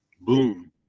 Boom